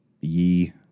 ye